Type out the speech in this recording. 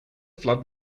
flood